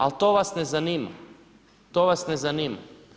Al to vas ne zanima, to vas ne zanima.